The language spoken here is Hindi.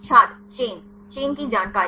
छात्र चेन चैन की जानकारी